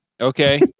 okay